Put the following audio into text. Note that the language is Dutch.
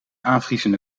aanvriezende